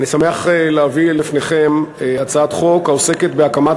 אני שמח להביא בפניכם הצעת חוק העוסקת בהקמת